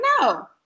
no